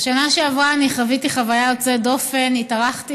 בשנה שעברה חוויתי חוויה יוצאת דופן, התארחתי